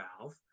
valve